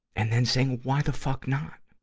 and then saying, why the fuck not!